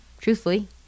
truthfully